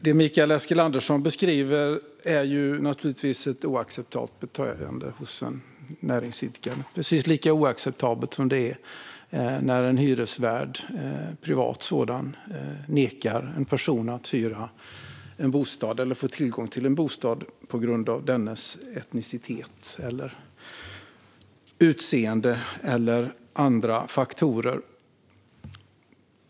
Det Mikael Eskilandersson beskriver är naturligtvis ett oacceptabelt beteende hos en näringsidkare - precis lika oacceptabelt som det är när en privat hyresvärd nekar en person att hyra eller få tillgång till en bostad på grund av dennes etnicitet, utseende eller andra faktorer.